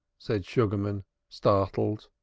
said sugarman startled.